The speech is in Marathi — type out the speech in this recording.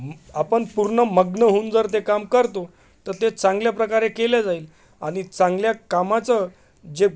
मग आपण पूर्ण मग्न होऊन जर ते काम करतो तर ते चांगल्या प्रकारे केलं जाईल आणि चांगल्या कामाचं जे